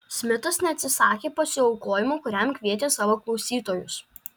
smitas neatsisakė pasiaukojimo kuriam kvietė savo klausytojus